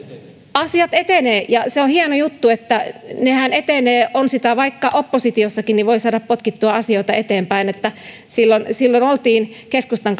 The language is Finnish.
asiat etenee ja se on hieno juttu että nehän etenee on sitä vaikka oppositiossakin niin voi saada potkittua asioita eteenpäin silloin silloin oltiin keskustan